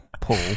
Paul